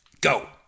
Go